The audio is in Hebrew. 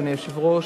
אדוני היושב-ראש,